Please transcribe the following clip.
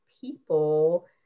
people